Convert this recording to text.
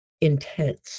intense